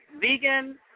vegan